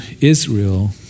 Israel